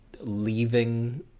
leaving